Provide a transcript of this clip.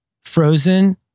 Frozen